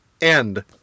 end